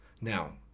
Now